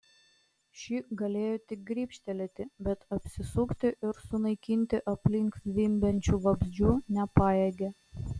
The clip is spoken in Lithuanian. ši galėjo tik grybštelėti bet apsisukti ir sunaikinti aplink zvimbiančių vabzdžių nepajėgė